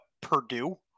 Purdue